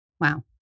Wow